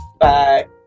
Bye